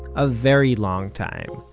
a very long time.